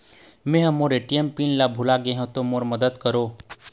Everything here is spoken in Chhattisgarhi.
मै ह मोर ए.टी.एम के पिन ला भुला गे हों मोर मदद करौ